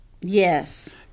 Yes